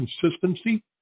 consistency